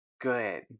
Good